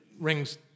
rings